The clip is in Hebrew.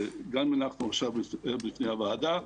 שגם אנחנו עכשיו נציג בפני הוועדה,